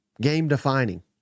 game-defining